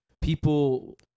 people